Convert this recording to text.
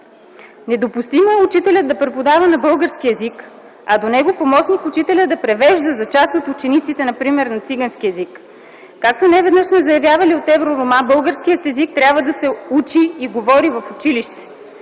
Недопустимо е учителят да преподава на български език, а до него помощник-учителят да превежда за част от учениците, например, на цигански език. Както неведнъж сме заявявали от „Евророма”, българският език трябва да се учи и говори в училище